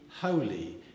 holy